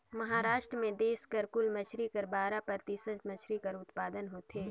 महारास्ट में देस कर कुल मछरी कर बारा परतिसत मछरी कर उत्पादन होथे